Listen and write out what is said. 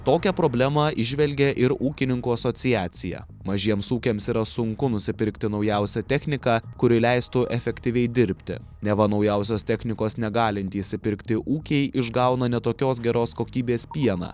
tokią problemą įžvelgia ir ūkininkų asociacija mažiems ūkiams yra sunku nusipirkti naujausią techniką kuri leistų efektyviai dirbti neva naujausios technikos negalintys įpirkti ūkiai išgauna ne tokios geros kokybės pieną